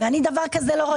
ואני דבר כזה לא ראיתי.